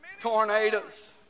Tornadoes